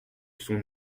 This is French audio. sont